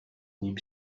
nim